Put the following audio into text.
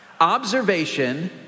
observation